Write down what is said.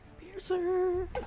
Piercer